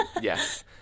Yes